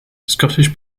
scottish